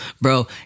bro